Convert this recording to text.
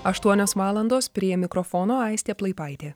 aštuonios valandos prie mikrofono aistė plaipaitė